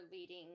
leading